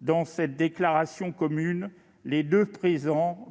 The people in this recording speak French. Dans cette déclaration, les présidents